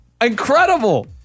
Incredible